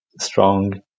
strong